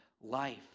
life